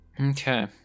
okay